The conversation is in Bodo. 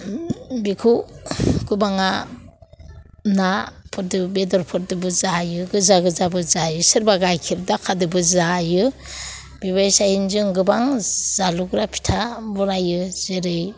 बेखौ गोबाङा नाफोरजों बेदरफोरजोंबो जायो गोजा गोजाबो जायो सोरबा गाइखेर दाखादोबो जायो बेबायदियैनो जों गोबां जालुग्रा फिथा बानायो जेरै